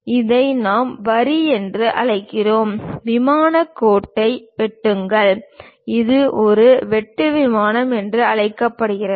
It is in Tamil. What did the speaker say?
இதை நாம் வரி என்று அழைக்கிறோம் விமானக் கோட்டை வெட்டுங்கள் இது ஒரு வெட்டு விமானம் என்று அழைக்கப்படுகிறது